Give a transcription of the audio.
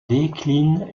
décline